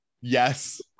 yes